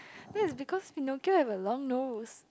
that's because you don't care I have a long nose